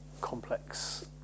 complex